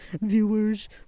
viewers